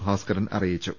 ഭാ സ്കരൻ അറിയിച്ചു